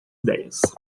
idéias